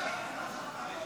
להעביר